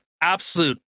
absolute